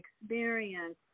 experience